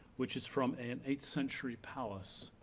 which is from an eighth century palace,